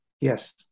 Yes